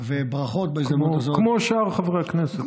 וברכות בהזדמנות זו, כמו שאר חברי הכנסת.